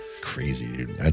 Crazy